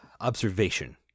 observation